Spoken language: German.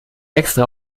extra